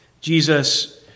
Jesus